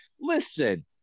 Listen